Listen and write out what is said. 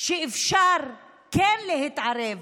שאפשר כן להתערב